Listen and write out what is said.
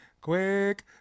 Quick